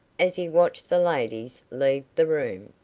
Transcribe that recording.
as he watched the ladies leave the room.